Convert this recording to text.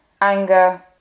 anger